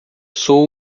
sou